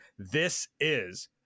thisis